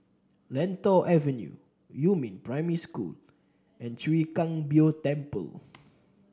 Lentor Avenue Yumin Primary School and Chwee Kang Beo Temple